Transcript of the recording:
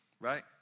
right